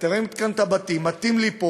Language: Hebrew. אתם רואים כאן את הבתים מטים-ליפול,